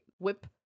whip